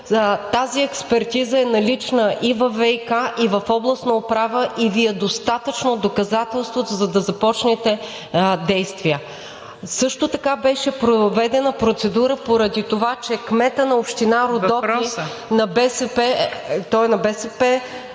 Тази експертиза е налична във ВиК, в Областна управа и Ви е достатъчно доказателството, за да започнете действия. Също така беше проведена процедура, поради това че кметът на община Родопи…